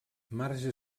marge